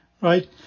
right